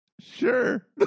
sure